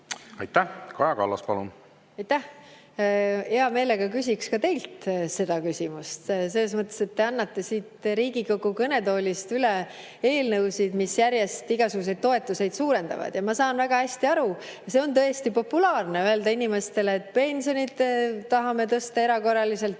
Aitäh! Kaja Kallas, palun! Aitäh! Hea meelega küsiksin ka teilt selle küsimuse. Selles mõttes, et te annate siit Riigikogu kõnetoolist üle eelnõusid, mis järjest igasuguseid toetusi [tahavad suurendada]. Jah, ma saan väga hästi aru, on tõesti populaarne öelda inimestele, et me pensione tahame tõsta erakorraliselt,